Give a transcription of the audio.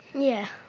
yeah.